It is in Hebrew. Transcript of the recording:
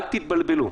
אל תתבלבלו,